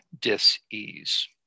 dis-ease